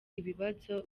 n’ibibazo